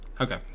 Okay